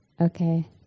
okay